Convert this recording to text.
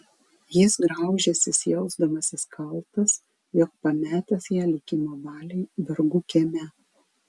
jis graužęsis jausdamasis kaltas jog pametęs ją likimo valiai vergų kieme